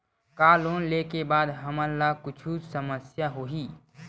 का लोन ले के बाद हमन ला कुछु समस्या होही?